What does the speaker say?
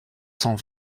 cent